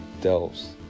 delves